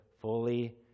fully